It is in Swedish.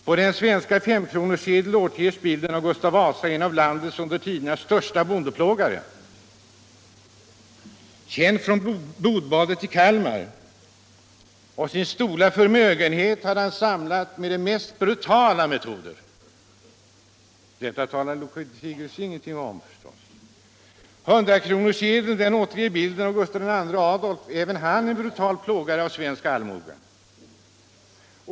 På den svenska femkronorssedeln återges bilden av Gustav Vasa, en av landets under tiderna största bondeplågare, känd för blodbadet i Kalmar. Sin stora förmögenhet hade han samlat med de mest brutala metoder. Detta talar herr Lothigius ingenting om förstås. Hundrakronorssedeln återger bilden av Gustav II Adolf, även han en brutal plågare av svensk allmoge.